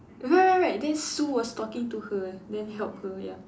right right right then Sue was talking to her then help her ya